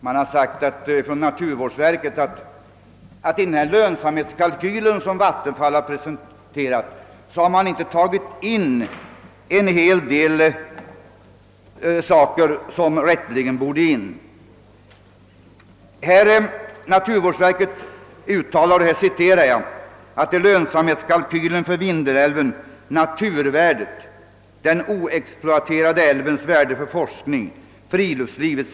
Man har sagt att i de lönsamhetskalkyler som vattenfallsverket har presenterat har inte tagits med en hel del saker som rätteligen borde ha varit med, t.ex. den oexploaterade älvens värde för forskning, friluftsliv etc.